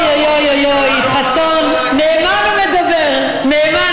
גם ראש הממשלה לא אמר לך מה להגיד?